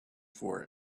for